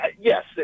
Yes